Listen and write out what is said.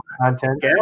content